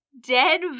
dead